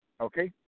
Okay